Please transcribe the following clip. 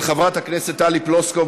של חברת הכנסת טלי פלוסקוב.